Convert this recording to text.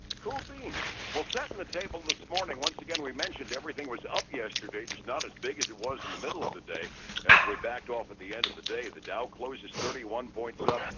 cool beans. well, setting the table this morning once again, we mentioned everything was up yesterday, just not as big as it was in the middle of the day as we backed off at the end of the day. the dow closed thirty one points up,